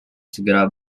segera